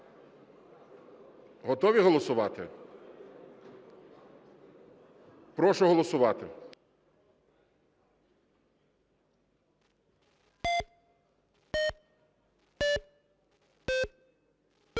Готові голосувати? Прошу голосувати.